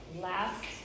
last